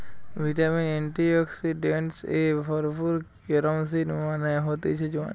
vitamin, antioxidants এ ভরপুর carom seed মানে হতিছে জোয়ান